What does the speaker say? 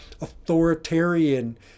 authoritarian